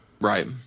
Right